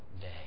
day